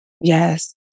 Yes